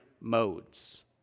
modes